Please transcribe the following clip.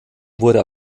wurde